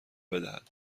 بدهد